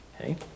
Okay